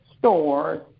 stores